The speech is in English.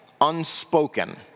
unspoken